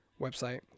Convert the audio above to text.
website